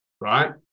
right